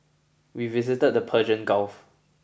we visited the Persian Gulf